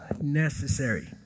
necessary